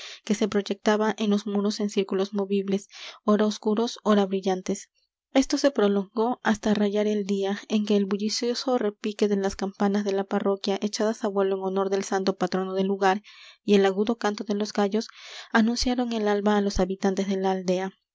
que se proyectaba en los muros en círculos movibles ora oscuros ora brillantes esto se prolongó hasta rayar el día en que el bullicioso repique de las campanas de la parroquia echadas á vuelo en honor del santo patrono del lugar y el agudo canto de los gallos anunciaron el alba á los habitantes de la aldea